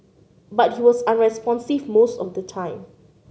but he was unresponsive most of the time